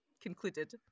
concluded